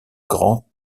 grand